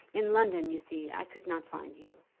in london, you see, i could not find you.